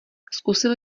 zkusil